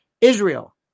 Israel